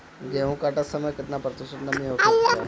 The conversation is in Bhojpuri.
गेहूँ काटत समय केतना प्रतिशत नमी होखे के चाहीं?